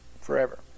forever